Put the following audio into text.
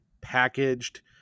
packaged